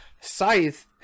Scythe